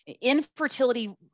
infertility